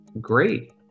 Great